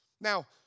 Now